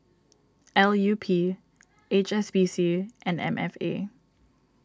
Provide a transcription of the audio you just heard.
L U P H S B C and M F A